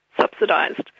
subsidised